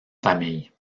familles